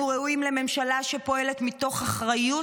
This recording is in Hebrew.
אנחנו ראויים לממשלה שפועלת מתוך אחריות